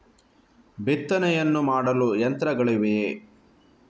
ಬಿತ್ತನೆಯನ್ನು ಮಾಡಲು ಯಂತ್ರಗಳಿವೆಯೇ?